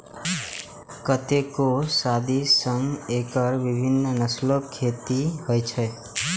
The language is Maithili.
कतेको सदी सं एकर विभिन्न नस्लक खेती होइ छै